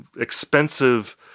expensive